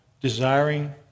desiring